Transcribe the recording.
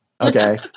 okay